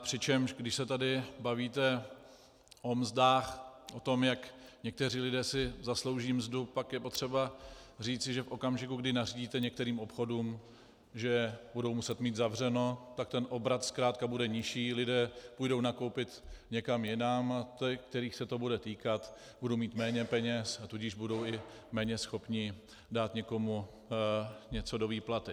Přičemž když se tady bavíte o mzdách, o tom, jak někteří lidé si zaslouží mzdu, pak je potřeba říci, že v okamžiku, kdy nařídíte některým obchodům, že budou muset mít zavřeno, tak ten obrat zkrátka bude nižší, lidé půjdou nakoupit někam jinam, ti, kterých se to bude týkat, budou mít méně peněz, a tudíž budou i méně schopni dát někomu něco do výplaty.